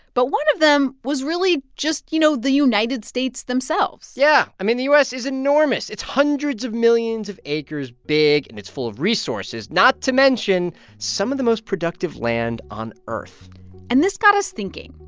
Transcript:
but one of them was really just, you know, the united states themselves yeah. i mean, the u s. is enormous. it's hundreds of millions of acres big, and it's full of resources, not to mention some of the most productive land on earth and this got us thinking.